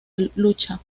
lucha